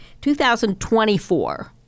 2024